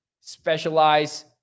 specialize